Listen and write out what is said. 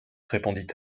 répondit